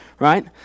right